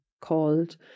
called